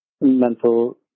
mental